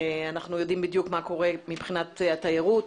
אנחנו יודעים בדיוק מה קורה מבחינת התיירות.